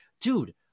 dude